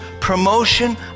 promotion